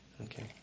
okay